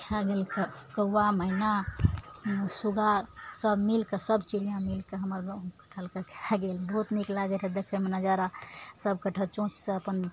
खा गेल कौआ मैना सुग्गा सभ मिलके सभ चिड़ियाँ मिलके हमर गाँवके कटहलके खा गेल बहुत नीक लागैत रहय देखयमे नजारा सभ कटहल चोँचसँ अपन